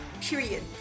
Period